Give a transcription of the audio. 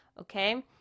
okay